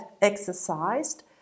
exercised